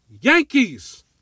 Yankees